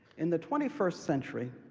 in the twenty first century,